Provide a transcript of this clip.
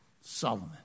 Solomon